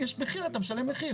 אתה משלם מחיר,